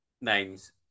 names